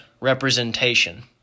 representation